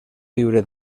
viure